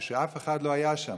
כשאף אחד לא היה שם,